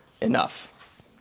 enough